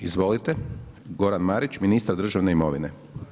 Izvolite, Goran Marić ministar državne imovine.